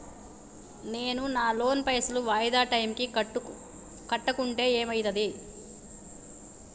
నేను నా లోన్ పైసల్ వాయిదా టైం కి కట్టకుంటే ఏమైతది?